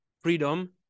freedom